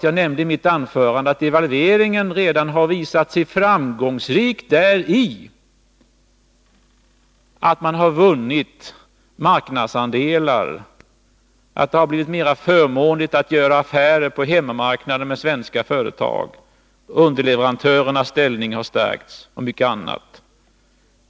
Jag nämnde i mitt anförande att devalveringen redan har visat sig framgångsrik däri att man har vunnit marknadsandelar, att det har blivit mera förmånligt att göra affärer på hemmamarknaden med svenska företag, att underleverantörernas ställning har stärkts och mycket annat.